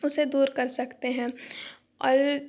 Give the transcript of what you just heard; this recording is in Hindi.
उसे दूर कर सकते हैं और